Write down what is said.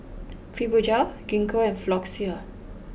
Fibogel Gingko and Floxia